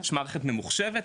יש מערכת ממוחשבת,